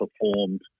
performed